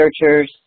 researchers